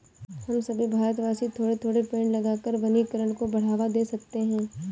हम सभी भारतवासी थोड़े थोड़े पेड़ लगाकर वनीकरण को बढ़ावा दे सकते हैं